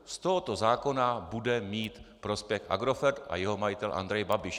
Z tohoto zákona bude mít prospěch Agrofert a jeho majitel Andrej Babiš.